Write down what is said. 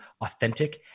authentic